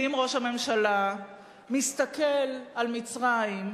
ואם ראש הממשלה מסתכל על מצרים,